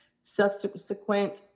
subsequent